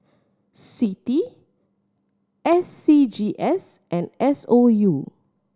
CITI S C G S and S O U